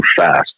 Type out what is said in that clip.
fast